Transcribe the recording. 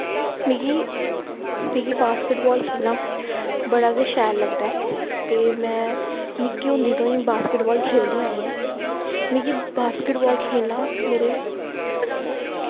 मिगी मिगी बास्केटबॉल खेल्लना बड़ा गै शैल लगदा ते में निक्की होंदी तों ई बास्केटबॉल खेल्लदी आई ऐं मिगी बास्केटबॉल खेल्लना बड़ा